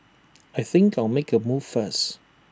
I think I'll make A move first